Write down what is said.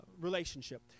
relationship